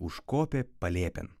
užkopė palėpėn